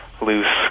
loose